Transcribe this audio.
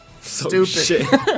stupid